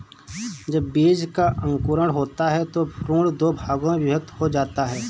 जब बीज का अंकुरण होता है तो भ्रूण दो भागों में विभक्त हो जाता है